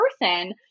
person